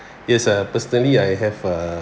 yes uh personally I have a